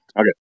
Okay